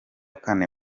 kane